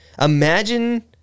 imagine